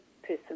person